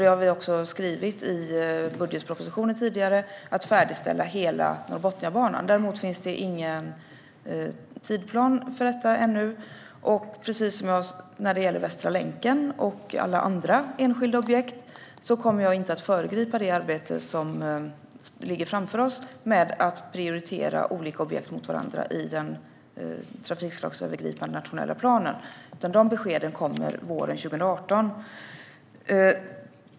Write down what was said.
Det har vi också skrivit i budgetpropositionen tidigare. Däremot finns det ingen tidsplan för detta ännu. Precis som när det gäller Västra länken och alla andra enskilda objekt kommer jag inte att föregripa det arbete som ligger framför oss med att prioritera olika objekt och ställa dem mot varandra i den trafikslagsövergripande nationella planen. Dessa besked kommer våren 2018.